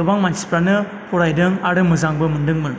गोबां मानसिफ्रानो फरायदों आरो मोजांबो मोनदोंमोन